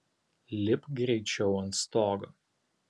lipk greičiau ant stogo